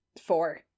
four